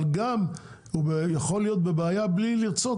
אבל הוא גם יכול להיות בבעיה בלי לרצות,